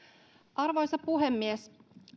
arvoisa puhemies